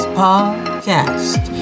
podcast